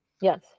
Yes